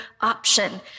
option